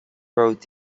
bróid